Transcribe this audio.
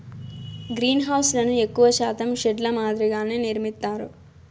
గ్రీన్హౌస్లను ఎక్కువ శాతం షెడ్ ల మాదిరిగానే నిర్మిత్తారు